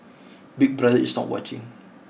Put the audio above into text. big brother is not watching